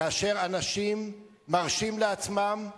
כאשר אנשים מרשים לעצמם לנהוג,